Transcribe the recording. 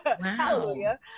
Hallelujah